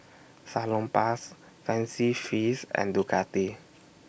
Salonpas Fancy Feast and Ducati